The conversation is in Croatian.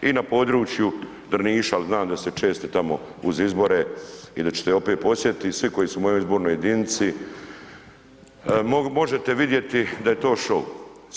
I na području Drniša al znam da ste često tamo uz izbore i da ćete opet posjetiti, svi koji su u mojoj izbornoj jedinici, možete vidjeti da je to shou.